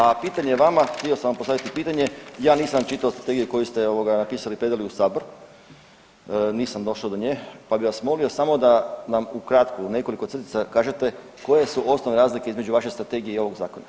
A pitanje vama, htio sam postaviti pitanje, ja nisam čitao ... koje ste napisali i predali u Sabor, nisam došao do nje pa bi vas molio samo da nam ukratko u nekoliko crtica kažete koje su osnovne razlike između vaše strategije i ovog Zakona?